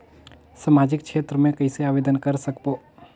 समाजिक क्षेत्र मे कइसे आवेदन कर सकबो?